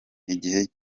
igihe